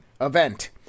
event